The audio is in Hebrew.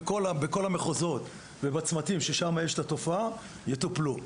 אלא בכל המחוזות ובצמתים ששם יש את התופעה זה יטופל.